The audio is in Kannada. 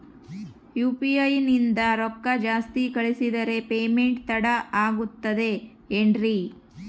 ಯು.ಪಿ.ಐ ನಿಂದ ರೊಕ್ಕ ಜಾಸ್ತಿ ಕಳಿಸಿದರೆ ಪೇಮೆಂಟ್ ತಡ ಆಗುತ್ತದೆ ಎನ್ರಿ?